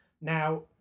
Now